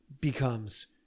becomes